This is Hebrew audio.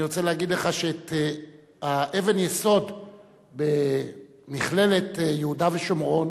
אני רוצה להגיד לך שאת אבן היסוד במכללת יהודה ושומרון,